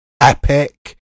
epic